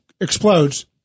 explodes